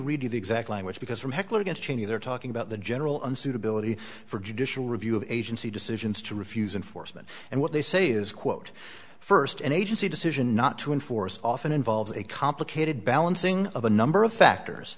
the exact language because from heckler against cheney they're talking about the general unsuitability for judicial review of agency decisions to refuse and foresman and what they say is quote first an agency decision not to enforce often involves a complicated balancing of a number of factors